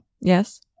Yes